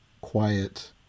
quiet